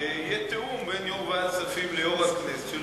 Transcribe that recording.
שיהיה תיאום בין יושב-ראש ועדת הכספים ליושב-ראש הכנסת,